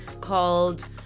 called